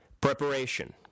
Preparation